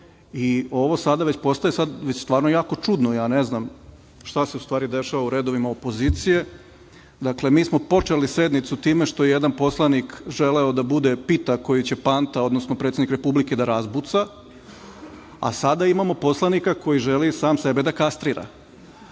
i ovo sada postaje jako čudno već. Stvarno ja ne znam šta se dešava u redovima opozicije, dakle mi smo počeli sednicu time što jedan poslanik želeo je da bude pita koju će Panta, odnosno predsednik Republike da razbuca, a sada imamo poslanika koji želi sam sebe da kastrira. Ja